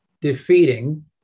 defeating